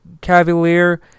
cavalier